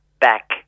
back